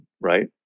right